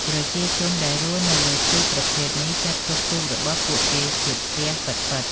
ប្រជាជនដែលរស់នៅលើទូកប្រភេទនេះ ចាត់ទុកទូករបស់ពួកគេជាផ្ទះពិតៗ។